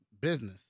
business